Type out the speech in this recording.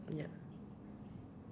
yup (Z)